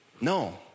No